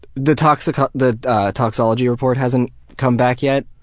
the toxicology the toxicology report hasn't come back yet,